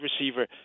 receiver